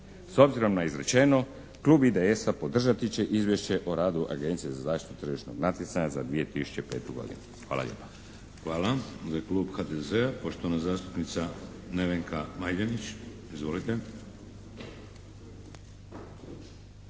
S obzirom na izrečeno klub IDS-a podržati će izvješće o radu Agencije za zaštitu tržišnog natjecanja za 2005. godinu.